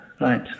Right